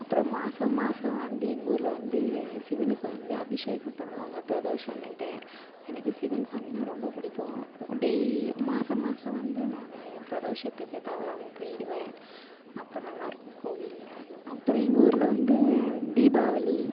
அப்புறம் மாதம் மாதம் வந்து எங்கள் ஊரில் வந்து சிவனுக்கு வந்து அபிஷேகம் பண்ணுவாங்க பிரதோஷன்னுட்டு எனக்கு சிவன் சாமின்னால் ரொம்ப பிடிக்கும் டெய் மாதம் மாதம் வந்து நான் பிரதோஷத்துக்கு தவறாமல் போய்விடுவேன் அப்போ நல்லா இருக்கும் கோவிலில் அப்புறம் எங்கள் ஊரில் வந்து தீபாவளி